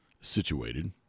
situated